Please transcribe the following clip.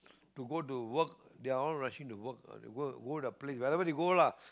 to go to work they're all rushing to work ah go their place wherever they go lah